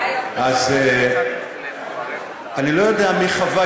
אני לא יודע מי חווה